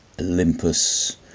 Olympus